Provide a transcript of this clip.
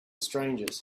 strangers